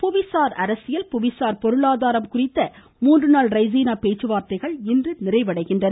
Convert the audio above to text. புவிசார் அரசியல் புவிசார் பொருளாதாரம் குறித்த மூன்று நாள் ரெய்சீனா பேச்சுவார்த்தைகள் இன்று முடிவடைகின்றன